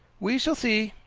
we shall see.